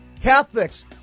Catholics